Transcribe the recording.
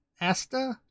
asta